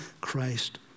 Christ